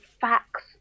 facts